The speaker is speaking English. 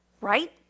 Right